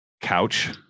Couch